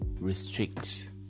restrict